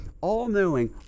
all-knowing